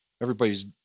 Everybody's